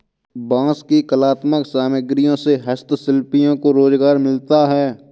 बाँस की कलात्मक सामग्रियों से हस्तशिल्पियों को रोजगार मिलता है